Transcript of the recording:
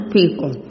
people